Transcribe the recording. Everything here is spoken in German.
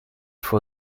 vor